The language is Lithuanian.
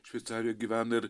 šveicarijoj gyvena ir